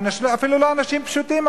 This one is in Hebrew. אפילו לא אנשים פשוטים,